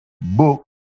book